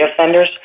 offenders